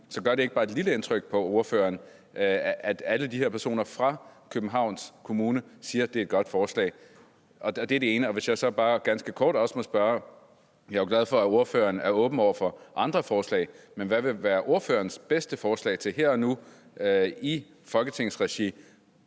Så gør det ikke bare en lille smule indtryk på ordføreren, at alle de her personer fra Københavns Kommune siger, at det er et godt forslag? Det er det ene. Jeg vil så også bare ganske kort spørge om noget andet. Jeg er jo glad for, at ordføreren er åben over for andre forslag, men hvad vil være ordførerens bedste forslag her og nu i Folketingsregi